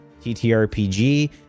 TTRPG